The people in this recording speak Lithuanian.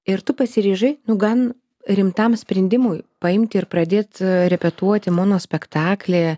ir tu pasiryžai nu gan rimtam sprendimui paimti ir pradėt repetuoti monospektaklyje